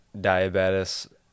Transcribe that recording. Diabetes